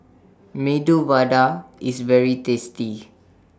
Medu Vada IS very tasty